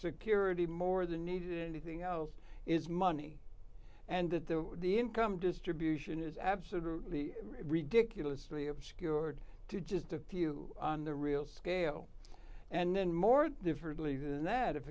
security more than needed anything else is money and that the the income distribution is absolutely ridiculous the obscured to just a few on the real scale and then more differently than that if